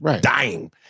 dying